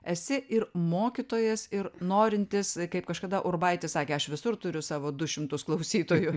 esi ir mokytojas ir norintis kaip kažkada urbaitis sakė aš visur turiu savo du šimtus klausytojų